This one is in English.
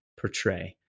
portray